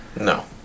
No